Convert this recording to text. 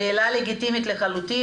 שאלה לגיטימית לחלוטין.